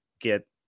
Get